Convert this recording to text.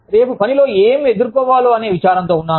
రేపు పనిలో ఏం ఎదుర్కోవాలో అనే విచారంతో ఉన్నాను